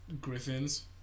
griffins